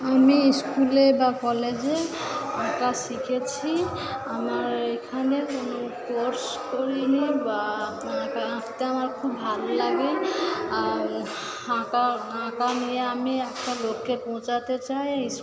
আমি স্কুলে বা কলেজে আঁকা শিখেছি আমার এখানে কোনো কোর্স করিনি বা আঁকা আঁকতে আমার খুব ভাল্লাগে আর আঁকা আঁকা নিয়ে আমি একটা লক্ষ্যে পৌঁছাতে চাই